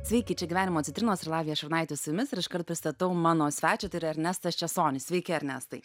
sveiki čia gyvenimo citrinos ir lavija šurnaitė su jumis ir iškart pristatau mano svečią tai yra ernestas česonis sveiki ernestai